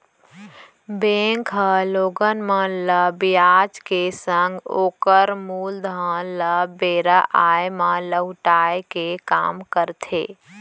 bank ह लोगन मन ल बियाज के संग ओकर मूलधन ल बेरा आय म लहुटाय के काम करथे